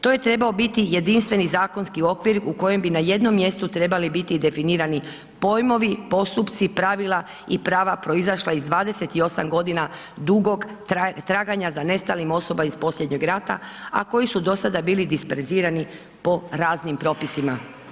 To je trebao biti jedinstveni zakonski okvir u kojem bi na jednom mjestu trebali biti definirani pojmovi, postupci, pravila i prava proizašla iz 28 godina dugog traganja za nestalim osobama iz posljednjeg rata, a koji su do sada bili disperzirani po raznim propisima.